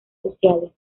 sociales